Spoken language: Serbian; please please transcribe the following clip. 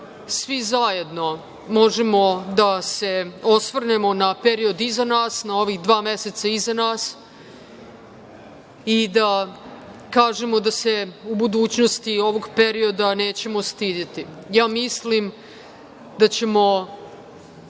svi zajedno možemo da se osvrnemo na period iza nas, na ovih dva meseca iza nas i da kažemo da se u budućnosti ovog perioda nećemo stideti. Ja mislim da ćemo